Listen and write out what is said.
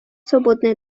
свободной